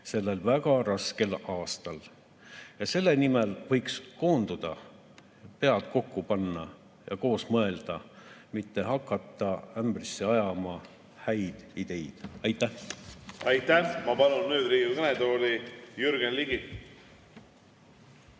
sellel väga raskel aastal. Selle nimel võiks koonduda, pead kokku panna ja koos mõelda, mitte hakata ämbrisse ajama häid ideid. Aitäh! Aitäh! Ma palun nüüd Riigikogu kõnetooli Jürgen Ligi.